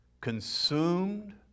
consumed